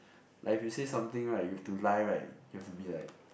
like if you say something right you have to lie right you have to be like